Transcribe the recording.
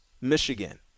Michigan